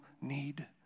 need